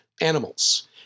animals